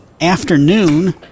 afternoon